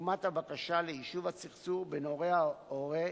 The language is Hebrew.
כדוגמת הבקשה ליישוב הסכסוך בין הורי ההורה